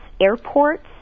airports